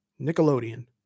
Nickelodeon